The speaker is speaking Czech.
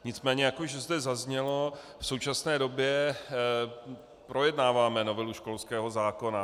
Nicméně jak už zde zaznělo, v současné době projednáváme novelu školského zákona.